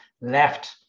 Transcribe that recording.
left